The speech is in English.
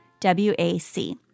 WAC